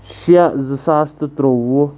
شےٚ زٕ ساس تہٕ ترٛوُہ